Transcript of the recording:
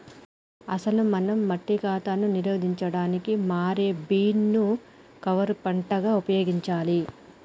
అసలు మనం మట్టి కాతాను నిరోధించడానికి మారే బీన్ ను కవర్ పంటగా ఉపయోగించాలి